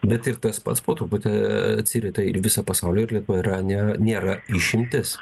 bet ir tas pats po truputį atsirita į visą pasaulį ir lietuva yra nėra išimtis